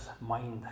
mind